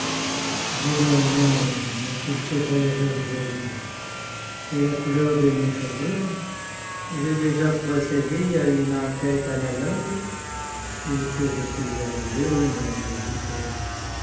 vu mon nom ma qualité de voyageur isolé et la couleur de mes cheveux j'ai déjà procédé à une enquête analogue et que je suis arrivé au même résultat